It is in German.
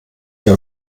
hier